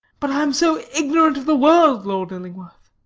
but i am so ignorant of the world, lord illingworth.